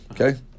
Okay